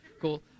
cool